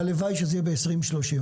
והלוואי שזה יהיה ב-2030,